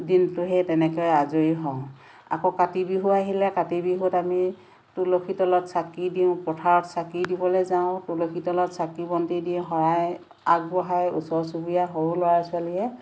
দিনটো সেই তেনেকৈ আজৰি হওঁ আকৌ কাতি বিহু আহিলে কাতি বিহুত আমি তুলসীৰ তলত চাকি দিওঁ পথাৰত চাকি দিবলৈ যাওঁ তুলসীৰ তলত চাকি বন্তি দি শৰাই আগবঢ়াই ওচৰ চুবুৰীয়া সৰু ল'ৰা ছোৱালীয়ে